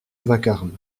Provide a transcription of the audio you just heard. vacarme